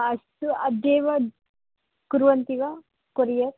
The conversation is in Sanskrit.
अस्तु अद्यैव कुर्वन्ति वा कोरियर्